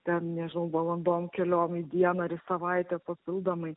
ten nežinau valandom keliom į dieną ar į savaitę papildomai